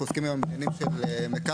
אנחנו עוסקים היום בעניינים של מקרקעין.